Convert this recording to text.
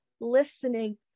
listening